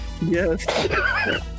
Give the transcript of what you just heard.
yes